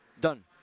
done